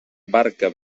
barca